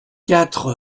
quatre